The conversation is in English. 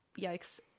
Yikes